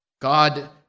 God